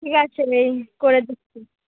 ঠিক আছে এই করে দিচ্ছি